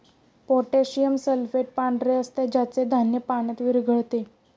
potassium sulphate पांढरे असते ज्याचे धान्य पाण्यात विरघळते